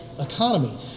Economy